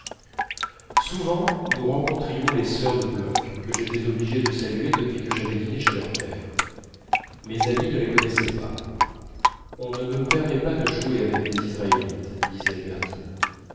souvent nous rencontrions les sœurs de bloch que j'étais obligé de saluer depuis que j'avais dîné chez leur père mes amies ne les connaissaient pas on ne me permet pas de jouer avec des israélites disait albertine